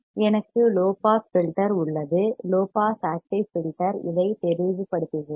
எனக்கு low pass filter உள்ளது low pass active filter இதை தெளிவுபடுத்துகிறேன்